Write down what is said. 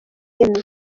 emmy